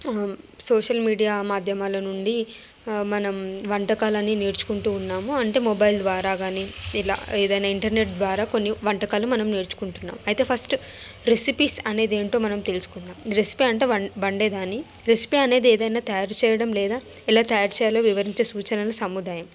social media మాధ్యమాల నుండి మనం వంటకాలన్నీ నేర్చుకుంటూ ఉన్నాము అంటే మొబైల్ ద్వారా కానీ ఇలా ఏదైనా ఇంటర్నెట్ ద్వారా మనం కొన్ని వంటకాలు నేర్చుకుంటున్నాము అయితే ఫస్ట్ రెసిపీస్ అనేది ఏంటో మనం తెలుసుకుందాము రెసిపీ అంటే వ వండేదాన్ని రెసిపీ అనేది ఏదైనా తయారు చేయడం లేదా ఎలా తయారు చేయాలో వివరించే సూచనల సముదాయం